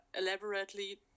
elaborately